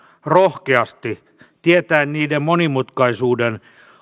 rohkeasti tietäen niiden monimutkaisuuden